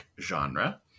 genre